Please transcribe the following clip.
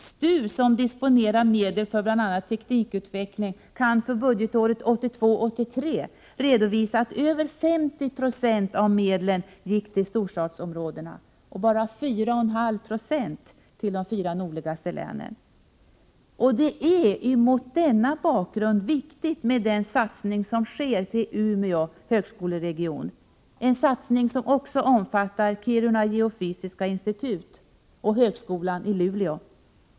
STU, som disponerar medel för bl.a. teknikutveckling, kan för budgetåret 1982/83 redovisa att över 50 90 av medlen gick till storstadsområdena och bara 4,5 9 till de fyra nordligaste länen. Det är mot denna bakgrund viktigt med den satsning som sker till Umeå högskoleregion, en satsning som också omfattar Kiruna geofysiska institut och högskolan i Luleå.